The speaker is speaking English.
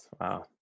wow